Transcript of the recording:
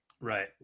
right